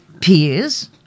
peers